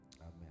Amen